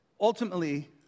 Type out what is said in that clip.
ultimately